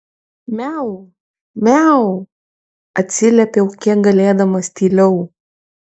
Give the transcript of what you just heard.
miau miau atsiliepiau kiek galėdamas tyliau